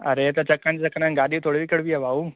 अरे त चकनि जे चक्कर में गाॾी थोरी विकिणबी आहे भाऊ